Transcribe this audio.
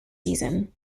season